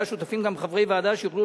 שבוועדה יהיו שותפים גם חברי ועדה שיוכלו